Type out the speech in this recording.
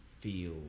feel